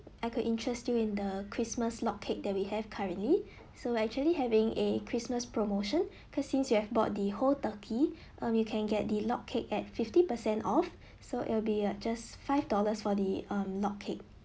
I could interest you in the christmas log cake that we have currently so actually having eh christmas promotion cause since you have bought the whole turkey um you can get the log cake at fifty percent off so it will be uh just five dollars for the um log cake